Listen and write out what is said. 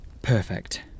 Perfect